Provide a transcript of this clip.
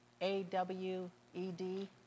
A-W-E-D